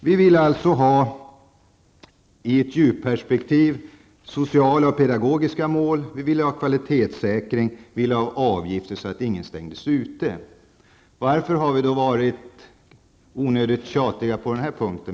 Vi vill alltså ha, i ett djupperspektiv, sociala och pedagogiska mål. Vi vill ha kvalitetssäkring och avgifter som inte leder till att någon stängs ute. Varför har vi då varit onödigt tjatiga på denna punkt?